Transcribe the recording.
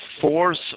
force